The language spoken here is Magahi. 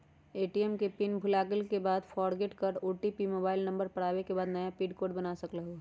ए.टी.एम के पिन भुलागेल के बाद फोरगेट कर ओ.टी.पी मोबाइल नंबर पर आवे के बाद नया पिन कोड बना सकलहु ह?